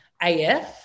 AF